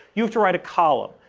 you have to write a column.